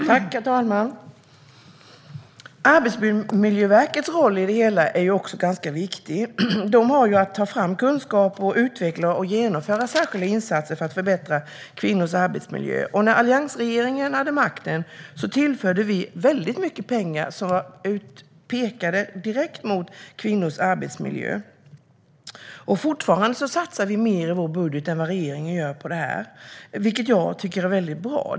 Herr talman! Arbetsmiljöverkets roll i det hela är också ganska viktig. De har i uppdrag att ta fram kunskap samt att utveckla och genomföra särskilda insatser för att förbättra kvinnors arbetsmiljö. När alliansregeringen hade makten tillförde vi mycket pengar som var avsedda direkt för kvinnors arbetsmiljö. Fortfarande satsar vi i vår budget mer på detta än vad regeringen gör, vilket jag tycker är väldigt bra.